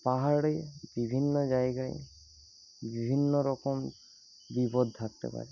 পাহাড়ে বিভিন্ন জায়গায় বিভিন্ন রকম বিপদ থাকতে পারে